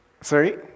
Sorry